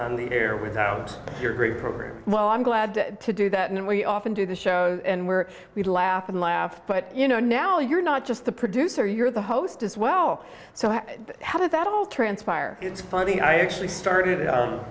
on the air without your great program well i'm glad to do that and we often do the show and where we laugh and laugh but you know now you're not just the producer you're the host as well so i how did that all transpire it's funny i actually started